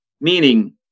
meaning